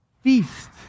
Feast